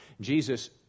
Jesus